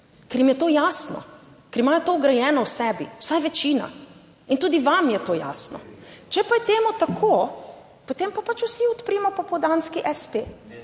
ker jim je to jasno, ker imajo to vgrajeno v sebi, vsaj večina in tudi vam je to jasno. Če pa je temu tako, potem pa pač vsi odpremo popoldanski